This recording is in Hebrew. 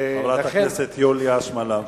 חברת הכנסת יוליה שמאלוב.